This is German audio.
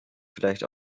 vielleicht